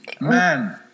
Man